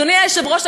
אדוני היושב-ראש,